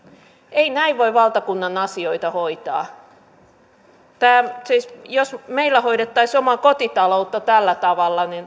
ei näin voi valtakunnan asioita hoitaa jos meillä hoidettaisiin omaa kotitaloutta tällä tavalla niin